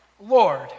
Lord